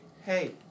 hey